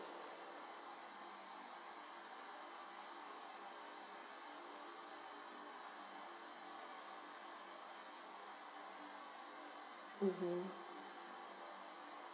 mmhmm